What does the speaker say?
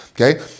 Okay